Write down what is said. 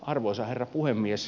arvoisa herra puhemies